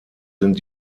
sind